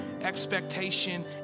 expectation